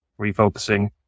refocusing